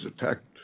attacked